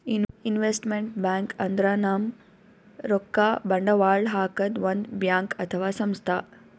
investment bank ಅಂದ್ರ ನಮ್ ರೊಕ್ಕಾ ಬಂಡವಾಳ್ ಹಾಕದ್ ಒಂದ್ ಬ್ಯಾಂಕ್ ಅಥವಾ ಸಂಸ್ಥಾ